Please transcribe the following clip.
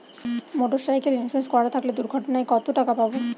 Motorcycle insurance করা থাকলে দুঃঘটনায় কতটাকা পাব?